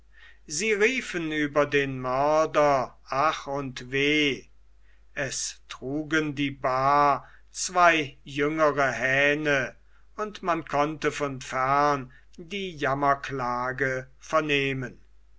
sie riefen über den mörder ach und weh es trugen die bahr zwei jüngere hähne und man konnte von fern die jammerklage vernehmen